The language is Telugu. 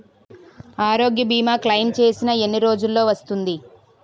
ఆరోగ్య భీమా క్లైమ్ చేసిన ఎన్ని రోజ్జులో వస్తుంది?